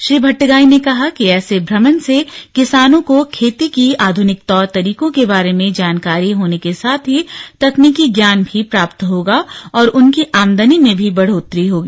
श्री भट्टगाई ने कहा कि ऐसे भ्रमण से किसानों को खेती की आधुनिक तौर तरीकों के बारे में जानकारी होने के साथ ही तकनीकि ज्ञान भी प्राप्त होगा और उनकी आमदनी में भी बढ़ोतरी होगी